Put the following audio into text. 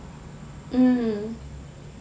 mm